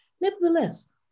Nevertheless